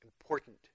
important